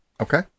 Okay